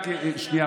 רק שנייה,